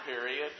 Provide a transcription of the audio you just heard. period